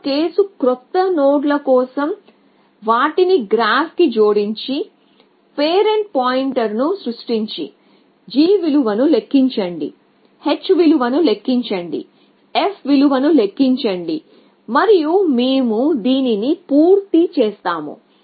ఒక కేసు క్రొత్త నోడ్ల కోసం వాటిని గ్రాఫ్కు జోడించి పేరెంట్ పాయింటర్ను సృష్టించి g విలువను లెక్కించండి h విలువను లెక్కించండి f విలువను లెక్కించండి మరియు మేము దీనిని పూర్తి చేసాము